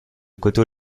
coteau